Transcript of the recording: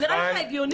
זה נראה לך הגיוני?